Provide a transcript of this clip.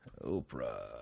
Oprah